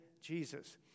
Jesus